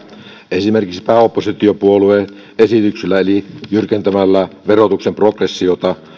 esimerkiksi pääoppositiopuolueen esityksellä eli jyrkentämällä verotuksen progressiota